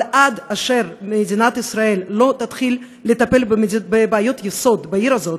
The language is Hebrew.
אבל עד אשר מדינת ישראל לא תתחיל לטפל בבעיות יסוד בעיר הזאת,